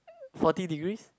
forty degrees